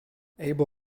abel